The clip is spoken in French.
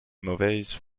mauvaise